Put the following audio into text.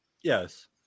yes